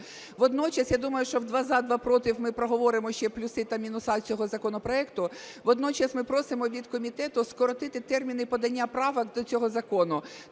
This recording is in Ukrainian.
Водночас, я думаю, що в два – за, два – проти ми проговоримо ще плюси та мінуси цього законопроекту. Водночас ми просимо від комітету скоротити терміни подання правок до цього закону.